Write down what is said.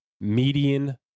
median